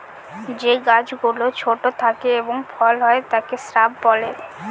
যে গাছ গুলো ছোট থাকে এবং ফল হয় তাকে শ্রাব বলে